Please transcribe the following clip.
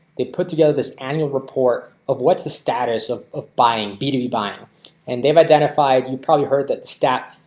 they put together this annual report of what's the status of of buying b two b buying and they've identified you probably heard the stat,